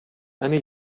eine